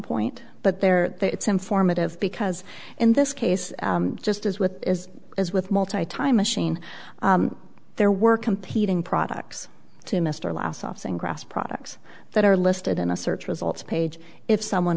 point but their it's informative because in this case just as with is as with multi time machine there were competing products to mr last office and grass products that are listed in a search results page if someone